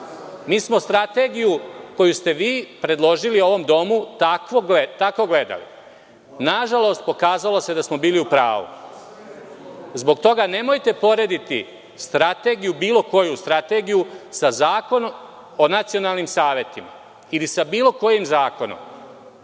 Mi smo strategiju koju ste vi predložili ovom domu tako gledali. Nažalost, pokazalo se da smo bili u pravu. Zbog toga nemojte porediti strategiju bilo koju strategiju sa Zakonom o nacionalnim savetima, ili sa bilo kojim zakonom.